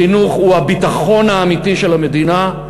החינוך הוא הביטחון האמיתי של המדינה,